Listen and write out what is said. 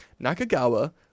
Nakagawa